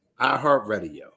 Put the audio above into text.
iHeartRadio